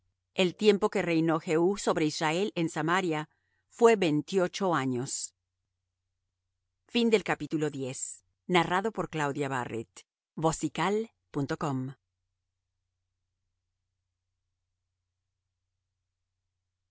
el tiempo que reinó jehú sobre israel en samaria fué veintiocho años y